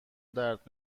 درد